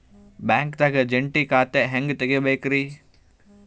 ಬ್ಯಾಂಕ್ದಾಗ ಜಂಟಿ ಖಾತೆ ಹೆಂಗ್ ತಗಿಬೇಕ್ರಿ?